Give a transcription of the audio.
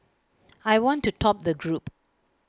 I want to top the group